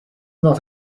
not